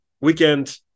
weekend